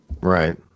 Right